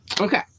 Okay